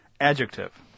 Adjective